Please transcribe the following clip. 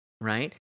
Right